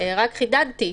רק חידדתי,